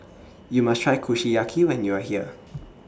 YOU must Try Kushiyaki when YOU Are here